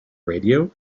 radio